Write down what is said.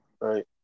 Right